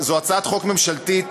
זו הצעת חוק ממשלתית,